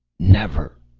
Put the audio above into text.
never!